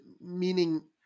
meaning